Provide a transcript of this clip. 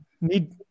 need